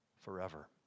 forever